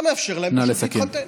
אתה מאפשר להם פשוט להתחתן.